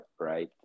right